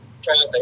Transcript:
traffic